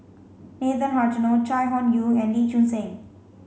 Nathan Hartono Chai Hon Yoong and Lee Choon Seng